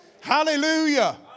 Hallelujah